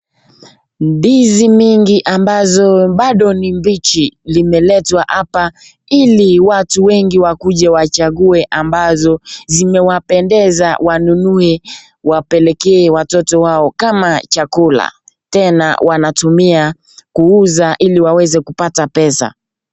Ndizi mingi ambazo bado ni mbichi, zimeletwa hapa ili watu wengi qakuje wachague ambazo zimewapendeza wanunue wapelekee watoto wao, kama chakula , tena wanatumia kuuza ili wapate pesa.